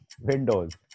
windows